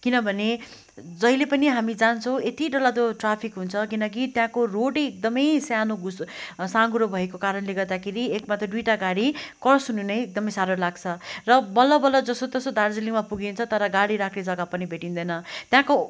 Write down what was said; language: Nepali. किनभने जहिले पनि हामी जान्छौँ यति डरलाग्दो ट्राफिक हुन्छ किनकि त्यहाँको रोडै एकदमै सानो गुस साँघुरो भएको कारणले गर्दाखेरि एकमा त दुईटा गाडी क्रस हुन नै एकदमै साह्रो लाग्छ र बल्ल बल्ल जसोतसो दार्जिलिङमा पुगिन्छ तर गाडी राख्ने जग्गा पनि भेटिँदैन त्यहाँको